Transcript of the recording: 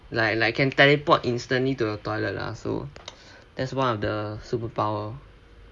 like like can teleport instantly to the toilet lah so that's one of the superpower